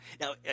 now